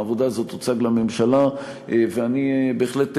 העבודה הזאת תוצג לממשלה, ואני בהחלט מסכים,